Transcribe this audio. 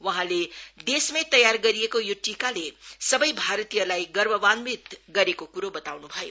वहाँले देशमै तयार गरिएको यो टीकाले सबै भारतीयहरूलाई गर्भावन्वित गरेको कुरो बताउन् भयो